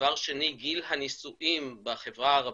דבר שני גיל הנישואים בחברה הערבית,